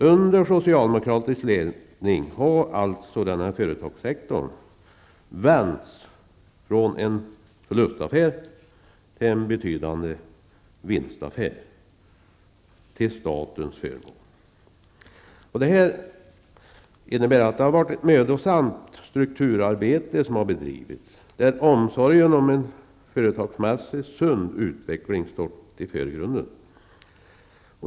Under socialdemokratisk ledning har denna företagssektor vänts från en förlustaffär till en betydande vinstaffär till statens förmån. Ett mödosamt strukturarbete har bedrivits, där omsorgen om en företagsmässigt sund utveckling stått i förgrunden.